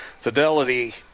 Fidelity